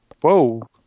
Whoa